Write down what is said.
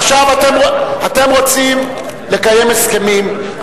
עכשיו אתם רוצים לקיים הסכמים.